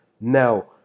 now